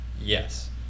Yes